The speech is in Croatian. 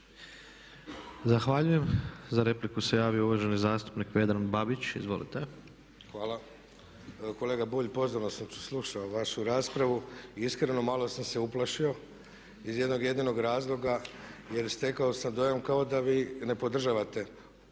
Zahvaljujem. Za repliku se javio uvaženi zastupnik Vedran Babić. Izvolite. **Babić, Vedran (SDP)** Hvala. Kolega Bulj, pozorno sam slušao vašu raspravu i iskreno malo sam se uplašio iz jednog jedinog razloga jer stekao sam dojam kao da vi ne podržavate